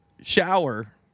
shower